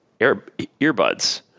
earbuds